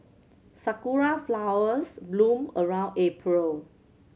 sakura flowers bloom around April